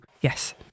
Yes